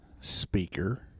speaker